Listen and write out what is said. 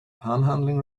panhandling